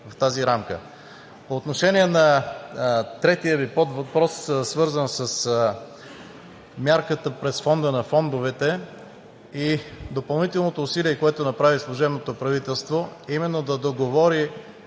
в тази рамка. По отношение на третия Ви подвъпрос, свързан с мярката през Фонда на фондовете, и допълнителното усилие, което направи служебното правителство, е именно да договори